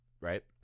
right